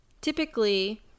typically